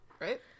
right